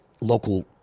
local